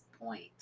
point